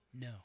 No